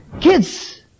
kids